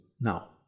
Now